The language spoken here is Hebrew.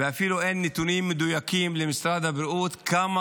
ואפילו אין נתונים מדויקים למשרד הבריאות כמה